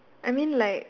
I mean like